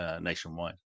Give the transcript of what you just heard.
nationwide